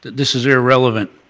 this is irrelevant.